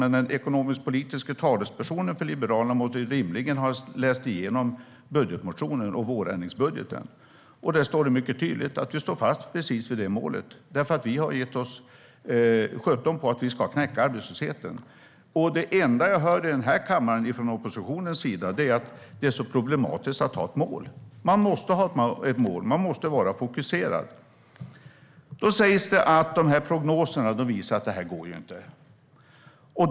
Men den ekonomisk-politiske talespersonen för Liberalerna måste rimligen ha läst igenom budgetmotionen och vårändringsbudgeten. Där står det mycket tydligt att vi står fast vid precis det målet, för vi har gett oss sjutton på att vi ska knäcka arbetslösheten. Det enda jag hör i kammaren från oppositionens sida är att det är så problematiskt att ha ett mål. Man måste ha ett mål. Man måste vara fokuserad. Då sägs det att prognoserna visar att det här inte går.